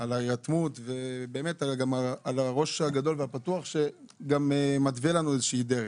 על ההירתמות ועל הראש הגדול ופתוח שגם מתווה לנו איזה דרך.